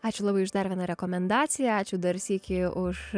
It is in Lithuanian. ačiū labai už dar vieną rekomendaciją ačiū dar sykį už